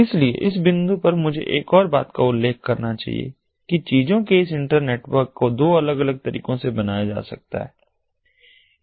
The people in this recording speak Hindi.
इसलिए इस बिंदु पर मुझे एक और बात का भी उल्लेख करना चाहिए कि चीजों के इस इंटरनेटवर्क को दो अलग अलग तरीकों से बनाया जा सकता है